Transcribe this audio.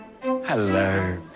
Hello